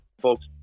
folks